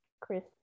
Chris